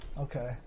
Okay